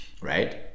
right